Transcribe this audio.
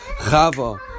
Chava